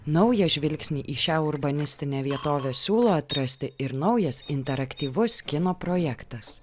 naują žvilgsnį į šią urbanistinę vietovę siūlo atrasti ir naujas interaktyvus kino projektas